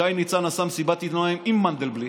שי ניצן עשה מסיבת עיתונאים עם מנדלבליט,